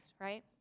right